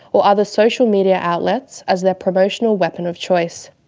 or other social media outlets as their promotional weapon of choice.